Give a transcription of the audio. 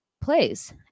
plays